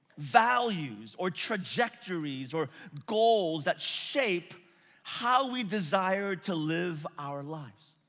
values, or trajectories, or goals, that shape how we desire to live our lives.